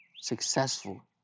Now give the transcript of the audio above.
successful